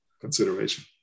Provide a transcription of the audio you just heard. consideration